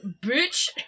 bitch